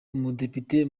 umudepite